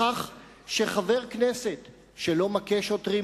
בכך שחבר כנסת שלא מכה שוטרים,